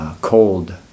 cold